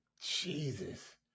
Jesus